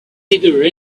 either